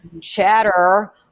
chatter